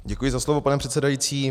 Děkuji za slovo, pane předsedající.